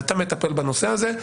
ואתה תטפל בנושא הזה.